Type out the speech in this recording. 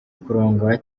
kurongora